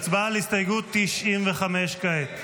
הצבעה על הסתייגות 95 כעת.